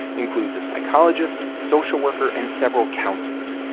includes a psychologist, social worker and several counselors.